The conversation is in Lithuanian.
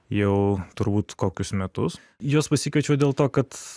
jau turbūt kokius metus juos pasikviečiau dėl to kad